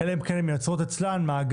אלא אם כן הן מייצרות אצלן מאגר